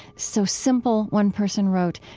so simple, one person wrote,